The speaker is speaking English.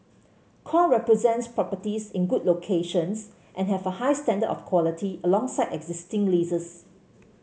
core represents properties in good locations and have a high standard of quality alongside existing leases